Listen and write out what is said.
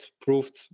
proved